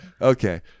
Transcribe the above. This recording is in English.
Okay